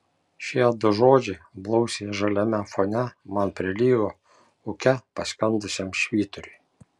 šie du žodžiai blausiai žaliame fone man prilygo ūke paskendusiam švyturiui